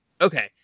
Okay